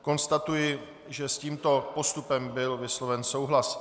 Konstatuji, že s tímto postupem byl vysloven souhlas.